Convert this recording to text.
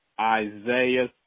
Isaiah